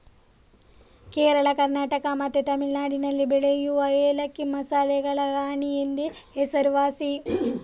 ಕೇರಳ, ಕರ್ನಾಟಕ ಮತ್ತೆ ತಮಿಳುನಾಡಿನಲ್ಲಿ ಬೆಳೆಯುವ ಏಲಕ್ಕಿ ಮಸಾಲೆಗಳ ರಾಣಿ ಎಂದೇ ಹೆಸರುವಾಸಿ